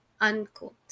unquote